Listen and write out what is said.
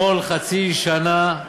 כל חצי שנה,